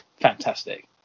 fantastic